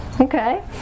Okay